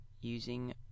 using